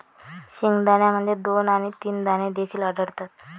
शेंगदाण्यामध्ये दोन आणि तीन दाणे देखील आढळतात